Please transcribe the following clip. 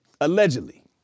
allegedly